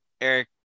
Eric